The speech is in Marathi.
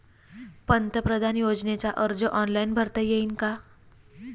पंतप्रधान योजनेचा अर्ज ऑनलाईन करता येईन का?